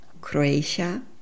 Croatia